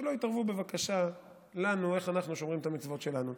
ושלא יתערבו נו בבקשה באיך אנחנו שומרים את המצוות שלנו.